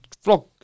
flock